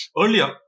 earlier